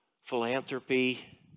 philanthropy